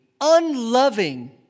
unloving